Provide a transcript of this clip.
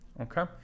Okay